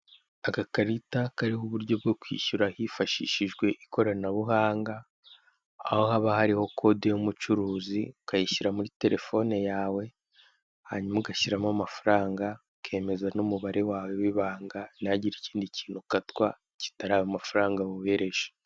Agakarita kariho uburyo bwo kwishyura hifashishijwe ikoranabuhanga aho haba hariho kode y'umucuruzi, ukayishyira muri telefone yawe hanyuma ugashyiramo amafaranga, ukemeza n'umubare wawe w'ibanga ntihagire ikindi kintu ukatwa kitari amafaranga wohereje.